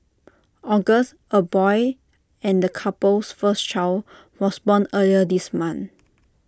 August A boy and the couple's first child was born earlier this month